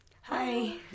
Hi